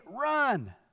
run